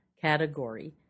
category